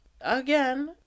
again